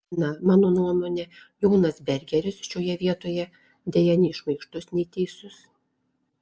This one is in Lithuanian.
na mano nuomone jonas bergeris šioje vietoje deja nei šmaikštus nei teisus